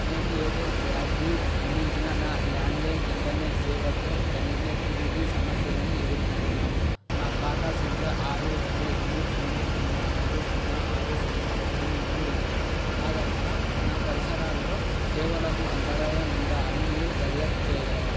నేను ఎయిర్టెల్ బ్రాడ్బ్యాండ్ అందించిన నా ల్యాండ్లైన్ ఇంటర్నెట్ సేవతో కనెక్టివిటీ సమస్యలను ఎదుర్కొంటున్నాను నా ఖాతా సంఖ్య ఆరు ఒకటి రెండు సున్నా సున్నా ఆరు సున్నా ఆరు సున్నా ఒకటి మూడు రెండు ఆధారంగా నా పరిసరాల్లో సేవలకు అంతరాయం ఉందా అని మీరు దర్యాప్తు చెయ్యగలరా